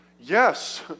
Yes